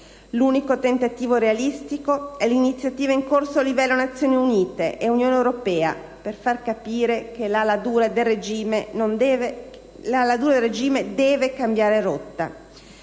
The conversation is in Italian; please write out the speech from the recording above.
L'unico tentativo realistico è l'iniziativa in corso a livello Nazioni Unite e Unione europea, per far capire all'ala dura del regime che deve cambiare rotta.